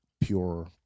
pure